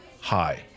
hi